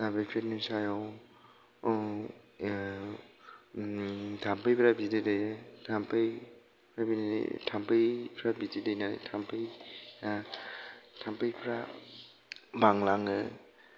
दा बेफोरनि सायाव थामफैफ्रा बिदै दैयो थामफैफ्रा बिदै दैनानै थामफै थामफैफ्रा बांलांङो